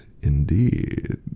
indeed